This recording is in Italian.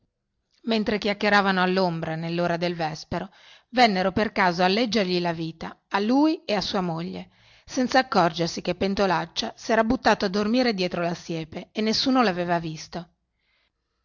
mentre chiacchieravano allombra nellora di vespero vennero per caso a leggergli la vita a lui e a sua moglie senza accorgersi che pentolaccia sera buttato a dormire dietro la siepe e nessuno laveva visto